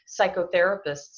psychotherapists